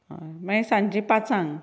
अय म्हळ्या सांजचे पाचांग